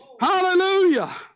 Hallelujah